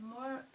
more